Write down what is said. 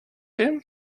him